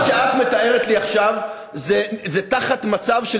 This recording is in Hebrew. כל מה שאת מתארת לי עכשיו זה תחת מצב של